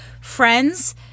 Friends